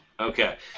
Okay